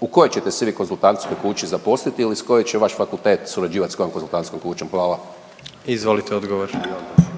u kojoj ćete se vi konzultantskoj kući zaposliti ili iz koje će vaš fakultet surađivat s kojom konzultantskom kućom? Hvala. **Jandroković,